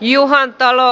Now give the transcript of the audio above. juhantalo